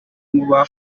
n’inkuba